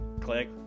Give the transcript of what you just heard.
click